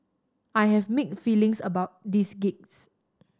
I have mixed feelings about this gigs